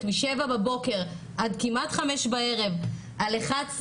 מ-07:00 בבוקר עד כמעט 17:00 בערב על 11,